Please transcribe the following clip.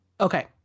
Okay